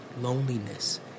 loneliness